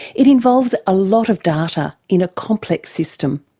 it involves a lot of data in a complex system.